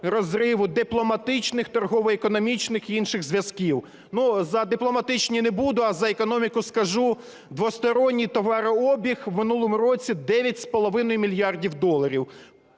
розриву дипломатичних, торгово-економічних і інших зв'язків. За дипломатичні не буду, а за економіку скажу. Двосторонній товарообіг в минулому році 9,5 мільярда доларів,